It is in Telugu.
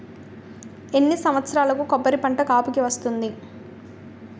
ఎన్ని సంవత్సరాలకు కొబ్బరి పంట కాపుకి వస్తుంది?